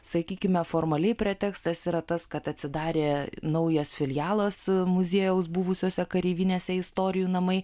sakykime formaliai pretekstas yra tas kad atsidarė naujas filialas muziejaus buvusiose kareivinėse istorijų namai